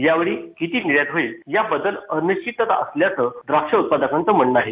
यावेळी किती निर्यात होईल याबद्दल अनिश्वितता असल्याचं द्राक्ष उत्पादकांचं म्हणणं आहे